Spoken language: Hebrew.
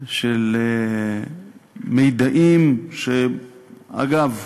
של מידעים, שאגב,